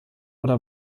oder